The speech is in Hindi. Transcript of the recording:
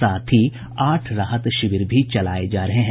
साथ ही आठ राहत शिविर भी चलाये जा रहे हैं